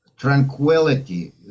Tranquility